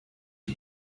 die